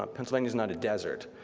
ah pennsylvania's not a desert.